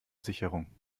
sicherung